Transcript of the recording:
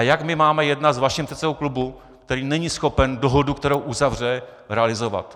Jak máme jednat s vaším předsedou klubu, který není schopen dohodu, kterou uzavře, realizovat?